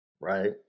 Right